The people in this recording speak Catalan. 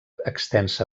extensa